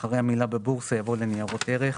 אחרי המילה "בבורסה" יבוא "לניירות ערך".